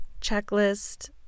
checklist